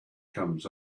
comes